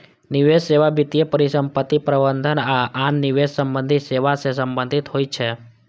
निवेश सेवा वित्तीय परिसंपत्ति प्रबंधन आ आन निवेश संबंधी सेवा सं संबंधित होइ छै